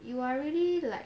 you are really like